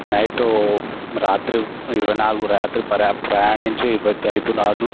night రాత్రి ఇరవై నాలుగు రాత్రి ప్ర ప్రయాణించి ఇరవై ఐదు నాడు